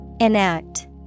Enact